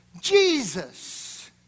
Jesus